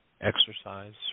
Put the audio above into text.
exercise